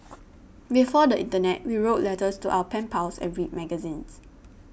before the internet we wrote letters to our pen pals and read magazines